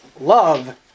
Love